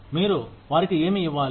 మీరు వారికి ఏమి ఇవ్వాలి